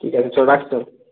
ঠিক আছে চ রাখি তবে